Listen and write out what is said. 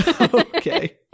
Okay